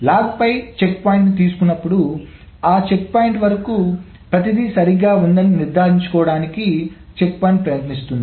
లాగ్పై చెక్పాయింట్ని తీసుకున్నప్పుడు ఆ చెక్పాయింట్ వరకు ప్రతిదీ సరిగ్గా ఉందని నిర్ధారించుకోవడానికి చెక్ పాయింటింగ్ ప్రయత్నిస్తోంది